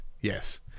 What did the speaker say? Yes